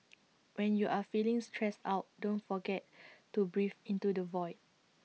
when you are feeling stressed out don't forget to breathe into the void